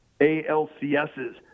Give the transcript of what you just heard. ALCSs